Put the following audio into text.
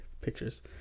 pictures